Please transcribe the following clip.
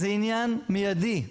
זה עניין מיידי,